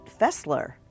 Fessler